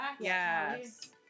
Yes